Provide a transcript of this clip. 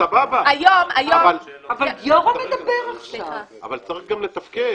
--- אבל צריך גם לתפקד.